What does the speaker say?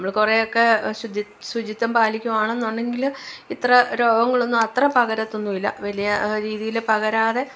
നമ്മള് കുറെയൊക്കെ ശുചി ശുചിത്വം പാലിക്കുവാണെന്നുണ്ടെങ്കില് ഇത്ര രോഗങ്ങളൊന്നും അത്ര പകരത്തൊന്നുമില്ല വലിയ രീതിയിൽ പകരാതെ